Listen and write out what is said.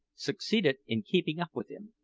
succeeded in keeping up with him.